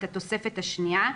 את התוספת השנייה,